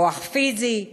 כוח פיזי,